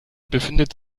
befindet